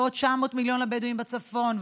ועוד 900 מיליון לבדואים בצפון,